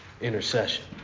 intercession